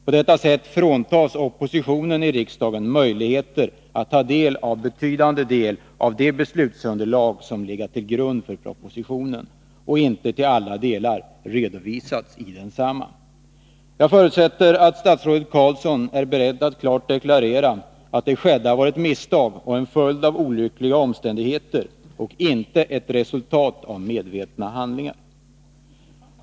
På detta sätt fråntas oppositionen i riksdagen möjligheter att ta del av en betydande del av det material som legat till grund för propositionen och som inte till alla delar redovisats i densamma. Jag förutsätter att statsrådet Roine Carlsson är beredd att klart deklarera att det skedda var ett misstag och en följd av olyckliga omständigheter och inte resultatet av medvetna handlingar.